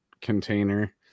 container